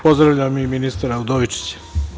Pozdravljam i ministra Udovičića.